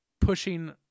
pushing